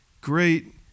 great